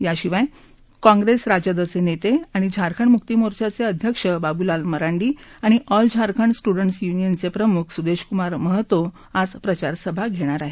याशिवाय काँग्रेस राजदचे नेते आणि झारखंड मुकिमोर्चाचे अध्यक्ष बाबूलाल मरांडी आणि ऑल झारखंड स्टुटंडस् युनियनचे प्रमुख सुदेश कुमार महतो आज प्रचारसभा घेणार आहेत